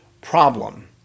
problem